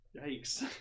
Yikes